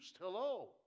Hello